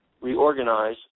reorganize